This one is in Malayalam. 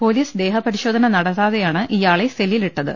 പൊലീസ് ദേഹപരിശോധന നടത്താതെയാണ് ഇയാളെ സെല്ലിലിട്ടത്